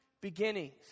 beginnings